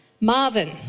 Marvin